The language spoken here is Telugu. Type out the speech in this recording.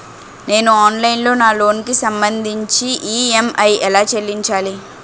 నేను ఆన్లైన్ లో నా లోన్ కి సంభందించి ఈ.ఎం.ఐ ఎలా చెల్లించాలి?